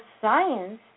science